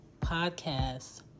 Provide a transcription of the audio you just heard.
Podcast